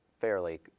fairly